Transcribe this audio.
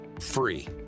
free